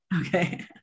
Okay